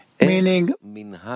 Meaning